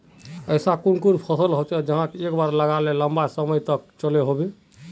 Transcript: ऐसा कुन कुन फसल होचे जहाक एक बार लगाले लंबा समय तक चलो होबे?